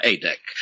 A-deck